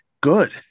good